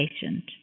patient